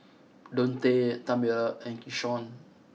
Dontae Tamera and Keshaun